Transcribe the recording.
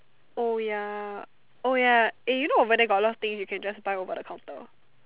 oh ya oh ya eh you know over there got a lot of things you can just buy over the counter